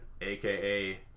aka